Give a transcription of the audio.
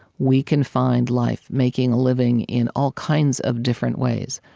we can find life making a living in all kinds of different ways.